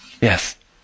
Yes